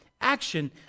action